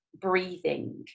breathing